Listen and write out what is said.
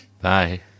Bye